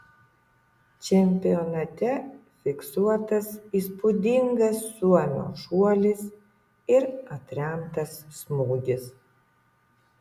čempionate fiksuotas įspūdingas suomio šuolis ir atremtas smūgis